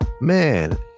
Man